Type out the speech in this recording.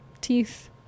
teeth